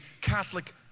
Catholic